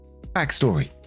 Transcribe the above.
Backstory